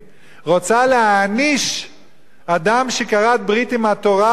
רוצה להעניש אדם שכרת ברית עם התורה ורוצה